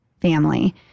family